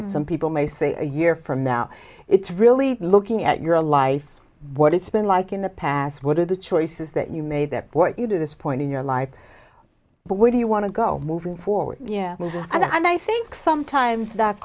years some people may say a year from now it's really looking at your life what it's been like in the past what are the choices that you made that point you to this point in your life but where do you want to go moving forward yeah and i think sometimes that